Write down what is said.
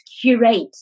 curate